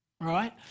right